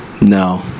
No